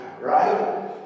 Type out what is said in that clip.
Right